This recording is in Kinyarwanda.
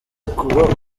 kuba